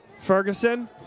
Ferguson